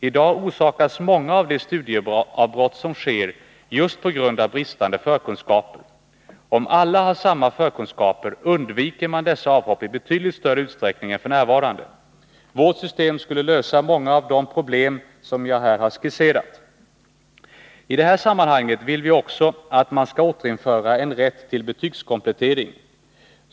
I dag orsakas många av de studieavbrott som sker just av bristande förkunskaper. Om alla har samma förkunskaper, undviker man dessa avhopp i betydligt större utsträckning än f. n. Vårt system skulle lösa många av de problem som jag här har skisserat. I det här sammanhanget vill vi också att man skall återinföra en rätt till betygskomplettering.